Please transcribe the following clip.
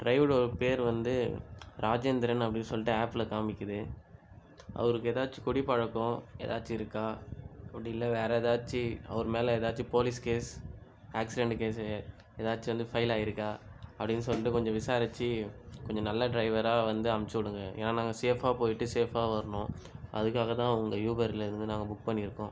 டிரைவரோட பேர் வந்து ராஜேந்திரன் அப்படின்னு சொல்லிட்டு ஆப்பில் காமிக்குது அவருக்கு ஏதாச்சும் குடிப்பழக்கம் ஏதாச்சும் இருக்கா அப்படில்ல வேற ஏதாச்சி அவர் மேல் ஏதாச்சும் போலீஸ் கேஸ் ஆக்சிடென்ட்டு கேசு ஏதாச்சும் வந்து ஃபைலாயிருக்கா அப்படின்னு சொல்லிட்டு கொஞ்சம் விசாரிச்சு கொஞ்சம் நல்ல டிரைவரா வந்து அமிச்சுடுஙக நாங்கள் சேஃபா போயிட்டு சேஃபா வரனும் அதுக்காகத்தான் உங்கள் யூபர்லேருந்து நாங்கள் புக் பண்ணியிருக்கோம்